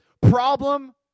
problem